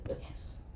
Yes